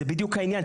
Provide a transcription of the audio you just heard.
ה בדיוק העניין.